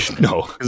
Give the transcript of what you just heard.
no